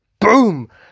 Boom